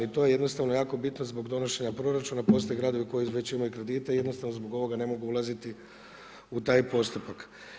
I to je jednostavno jako bitno zbog donošenja proračuna, postoje gradovi koji već imaju kredite i jednostavno zbog ovoga ne mogu ulaziti u taj postupak.